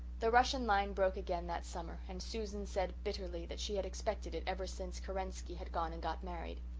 the russian line broke again that summer and susan said bitterly that she had expected it ever since kerensky had gone and got married.